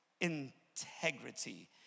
integrity